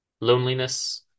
Loneliness